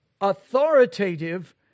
authoritative